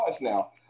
now